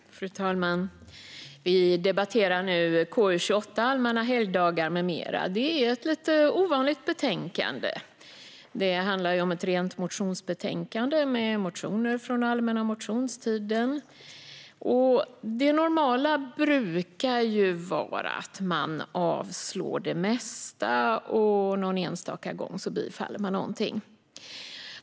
Fru talman! Vi debatterar nu KU28 Allmänna helgdagar m.m. Det är ett lite ovanligt betänkande; det handlar ju om ett rent motionsbetänkande med motioner från allmänna motionstiden. Det normala är ju att man avslår det mesta, och någon enstaka gång bifaller man någonting.